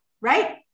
right